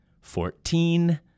fourteen